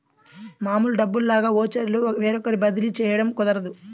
మామూలు డబ్బుల్లాగా ఓచర్లు వేరొకరికి బదిలీ చేయడం కుదరదు